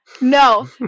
No